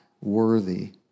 worthy